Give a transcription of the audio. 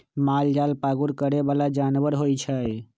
मालजाल पागुर करे बला जानवर होइ छइ